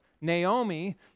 Naomi